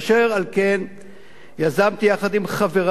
אשר על כן יזמתי יחד עם חברי,